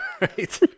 Right